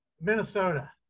Minnesota